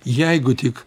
jeigu tik